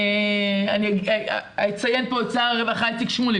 ואני אציין פה את שר הרווחה איציק שמולי